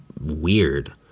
weird